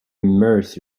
immerse